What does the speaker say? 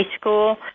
school